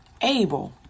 Abel